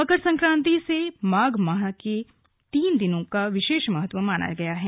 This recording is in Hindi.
मकर संक्रांति से माघ मास के तीन दिनों का विशेष महत्व माना गया है